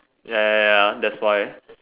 ya ya ya that's why